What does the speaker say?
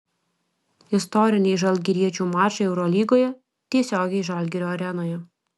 istoriniai žalgiriečių mačai eurolygoje tiesiogiai žalgirio arenoje